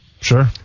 Sure